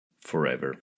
forever